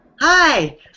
Hi